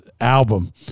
album